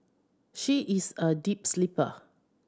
she is a deep sleeper